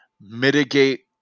mitigate